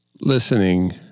listening